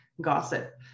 gossip